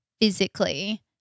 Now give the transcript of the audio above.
physically